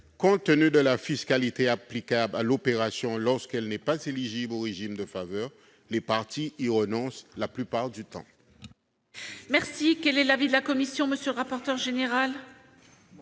compte tenu de la fiscalité applicable à l'opération lorsqu'elle n'est pas éligible aux régimes de faveur, les parties y renoncent la plupart du temps.